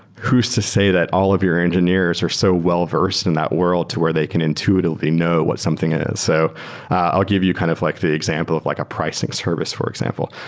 who's to say that all of your engineers are so well-versed in that world to where they can intuitively know what something is? so i'll give you kind of like the example of like a pricing service, for example.